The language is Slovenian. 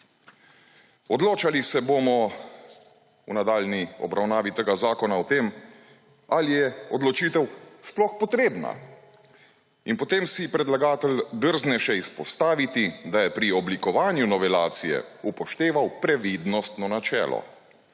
Odločali se bomo v nadaljnji obravnavi tega zakona o tem ali je odločitev sploh potrebna. In potem si predlagatelj drzne še izpostaviti, da je pri oblikovanju novelacije upošteval previdnostno načelo.